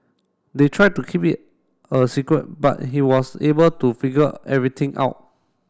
they tried to keep it a secret but he was able to figure everything out